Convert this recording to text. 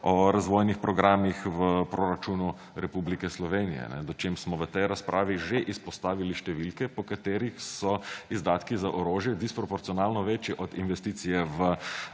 o razvojnih programih v proračunu Republike Slovenije, medtem ko smo v tej razpravi že izpostavili številke, po katerih so izdatki za orožje disproporcionalno večji od investicije v